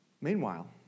Meanwhile